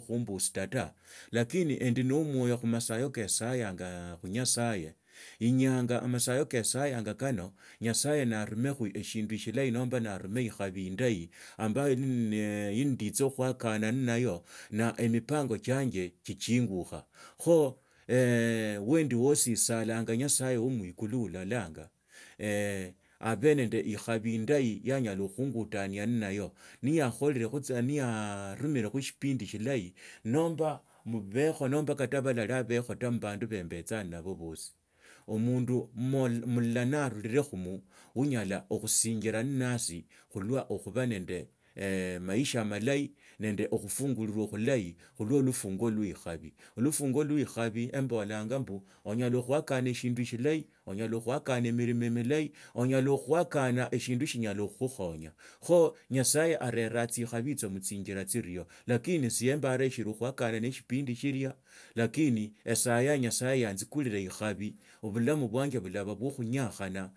khuumbusta ta lakini endi no omwoyo khu mosayo ka sayanga khunyasaye nanyanga amasayo keesayanga kano nyasaye narumekho eshindu shilahi nomba naarume ikhabi indahi ambayu niindtsa khuakana nnayo na emipango chianje chichingukha kho wendi wosi esalanga nyasaye wo mwikulu ololanga abe nende ikhabi indahi yaanyala khuungutanga nnayo niyakhorerekho tsa niyarumikhila eshipindi shilahi nomba mubakho nomba kala baraba abikhe mubanda ba mbetsa naabo bosi omundu mulala narulilekhomo onyola okusinyira nnase khulwa okhuba nende omaisha amalahi nnase khulwa okhuba nende omaisha amalahi nende okhufungirwa khulahi khulwo lufunguo lwe ikhabi lufunguo lwa ikhabi embolanga mbu onyala khuakona nandi shilahi onyala khuakana ne milimo milahi onyala khuakana ni shindu shinyala khukhukhonya kho nyasaye area tsikhabi tsio khutsinzira tsirio lakini sie mbaraa shili khuakana ne shipindi shilia lakini esayaa nyasaye aneikuriru ikhabi obulamu bwanja bulaba bwo khuhyakhana.